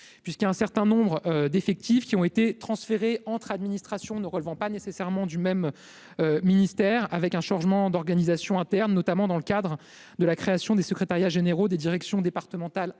puisqu'il y a un certain nombre d'effectifs qui ont été transférés entre administrations ne relevant pas nécessairement du même ministère avec un changement d'organisation interne, notamment dans le cadre de la création des secrétariats généraux des directions départementales interministérielles,